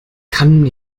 kann